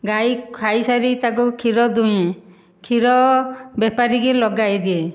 ଗାଈ ଖାଇସାରି ତାକୁ କ୍ଷୀର ଦୁଏଁ କ୍ଷୀର ବେପାରିକି ଲଗାଇ ଦିଏ